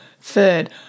Third